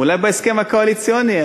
אולי בהסכם הקואליציוני,